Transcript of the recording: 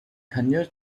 canoe